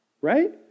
right